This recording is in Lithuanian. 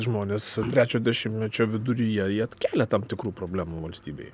žmonės trečio dešimtmečio viduryje jie kelia tam tikrų problemų valstybei